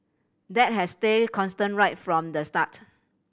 that has stayed constant right from the start